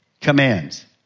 commands